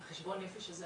על חשבון הנפש הזה.